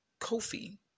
Kofi